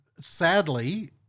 sadly